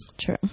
True